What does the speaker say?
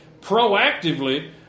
proactively